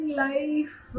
life